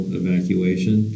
evacuation